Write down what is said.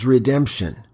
Redemption